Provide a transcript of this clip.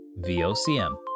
VOCM